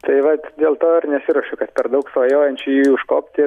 tai vat dėl to ir nesiruošiu kad per daug svajojančiųjų į jį užkopti